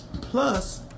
plus